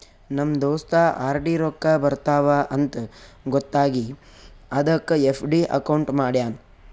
ನಮ್ ದೋಸ್ತ ಆರ್.ಡಿ ರೊಕ್ಕಾ ಬರ್ತಾವ ಅಂತ್ ಗೊತ್ತ ಆಗಿ ಅದಕ್ ಎಫ್.ಡಿ ಅಕೌಂಟ್ ಮಾಡ್ಯಾನ್